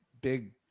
big